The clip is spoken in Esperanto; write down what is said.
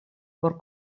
por